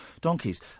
donkeys